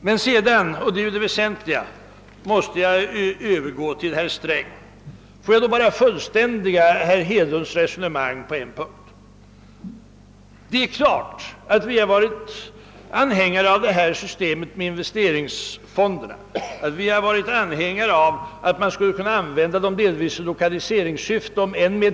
Men sedan — och det är ju det väsentliga — måste jag övergå till herr Strängs inlägg. Får jag då bara fullständiga herr Hedlunds resonemang på en punkt! Det är klart att vi har varit anhängare av systemet med investeringsfonder och — om än med tvekan — ansett att de delvis skulle kunna användas i lokaliseringssyfte.